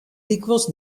lykwols